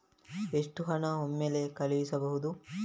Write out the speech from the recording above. ಎಷ್ಟು ಹಣ ಒಮ್ಮೆಲೇ ಕಳುಹಿಸಬಹುದು?